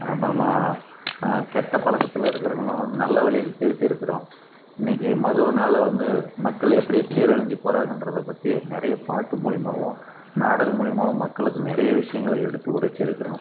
அப்புறமா கெட்ட பழக்கத்தில் இருக்குறவங்கள வந்து நல்ல வழியில் திருத்திருக்கிறோம் இன்றைக்கு மதுவுனால் வந்து மக்கள் எப்படி சீரழிஞ்சு போறாங்கன்றதை பற்றி நிறைய பாட்டு மூலயமாவும் நாடகம் மூலயுமாவும் மக்களுக்கு நிறைய விஷயங்கள எடுத்து உரைச்சிருக்கிறோம்